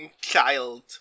child